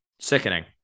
Sickening